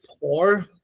poor